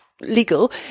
legal